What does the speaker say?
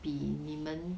比你们